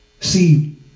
See